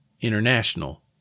International